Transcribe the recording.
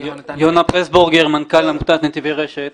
יונה פרסבורגר, מנכ"ל עמותת נתיבי רשת.